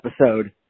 episode